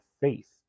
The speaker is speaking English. faith